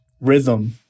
Rhythm